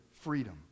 freedom